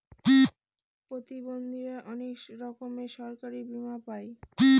প্রতিবন্ধীরা অনেক রকমের সরকারি বীমা পাই